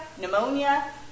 pneumonia